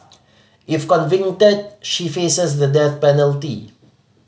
if convicted she faces the death penalty